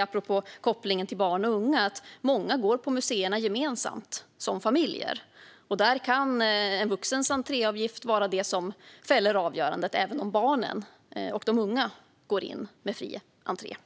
Apropå kopplingen till barn och unga vet vi att många går på museerna gemensamt som familj, och där kan en vuxens entréavgift vara det som fäller avgörandet, även om barnen och de unga går in med fri entré.